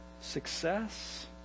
success